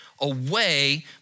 away